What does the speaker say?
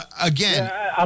again